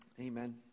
amen